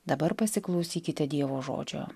dabar pasiklausykite dievo žodžio